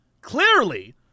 Clearly